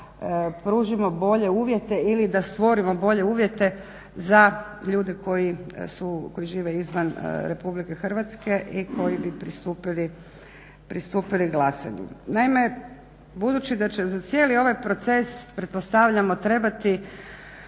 pružimo bolje uvjete ili da stvorimo bolje uvjete za ljude koji žive izvan RH i koji bi pristupili glasanju. Naime, budući da će za cijeli ovaj proces pretpostavljamo trebati